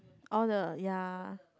all the ya